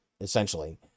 essentially